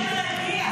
ידענו שאין מה להגיע.